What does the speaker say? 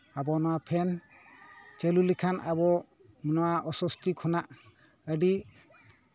ᱟᱵᱚ ᱱᱚᱣᱟ ᱯᱷᱮᱱ ᱪᱟᱹᱞᱩ ᱞᱮᱠᱷᱟᱱ ᱟᱵᱚ ᱱᱚᱣᱟ ᱚᱥᱚᱥᱛᱤ ᱠᱷᱚᱱᱟᱜ ᱟᱹᱰᱤ